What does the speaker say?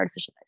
artificialized